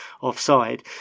offside